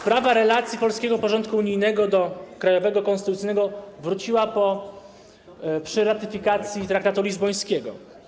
Sprawa relacji polskiego porządku unijnego do krajowego, konstytucyjnego wróciła przy ratyfikacji traktatu lizbońskiego.